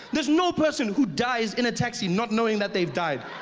there is no person who died in a taxi not knowing that they've died.